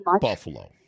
Buffalo